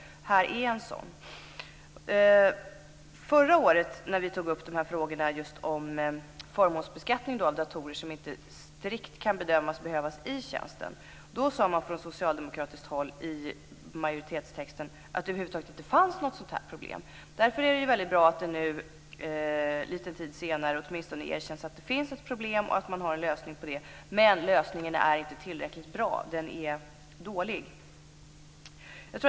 Här finns en sådan. När vi förra året tog upp frågorna om just förmånsbeskattning av datorer som inte strikt kan bedömas som nödvändiga i tjänsten sade man från socialdemokratiskt håll i majoritetstexten att det över huvud taget inte fanns något problem. Därför är det väldigt bra att det nu erkänns att det finns ett problem och att det finns en lösning på det. Men lösningen är inte tillräckligt bra. Den är dålig.